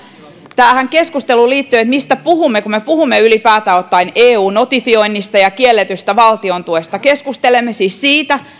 tähän keskusteluun liittyen mistä puhumme kun me puhumme ylipäätään ottaen eun notifioinnista ja kielletystä valtiontuesta keskustelemme siis siitä